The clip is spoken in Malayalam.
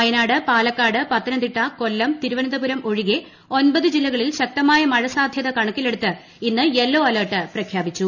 വയനാട് പാലക്കാട് പത്തനംതിട്ട കൊല്ലം തിരുവനന്തപൂരം ഒഴികെ ഒൻപത് ജില്ലകളിൽ ശക്തമായ മഴസാധ്യത കണക്കിലെടുത്ത് ഇന്ന് യെല്ലോ അലർട്ട് പ്രഖ്യാപിച്ചു